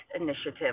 initiative